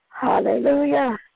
Hallelujah